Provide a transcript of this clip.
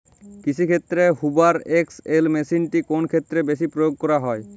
কৃষিক্ষেত্রে Hoover X L মেশিনটি কোন ক্ষেত্রে বেশি প্রয়োগ করা হয়?